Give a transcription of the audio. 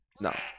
no